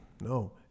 no